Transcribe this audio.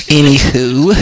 Anywho